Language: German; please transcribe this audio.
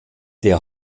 der